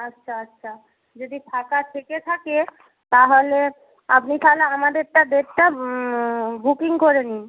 আচ্ছা আচ্ছা যদি ফাঁকা থেকে থাকে তাহলে আপনি তাহলে আমাদেরটা ডেটটা বুকিং করে নিন